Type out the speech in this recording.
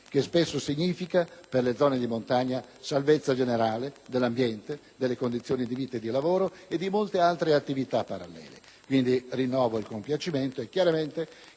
che spesso significa, per le zone di montagna, salvezza generale dell'ambiente, delle condizioni di vita e di lavoro e di molte altre attività parallele. Quindi rinnovo il compiacimento e chiaramente